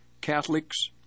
Catholics